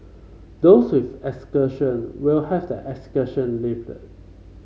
those with exclusion will have their exclusion lifted